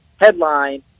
headline